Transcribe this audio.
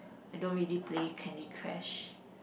I don't really play Candy Crush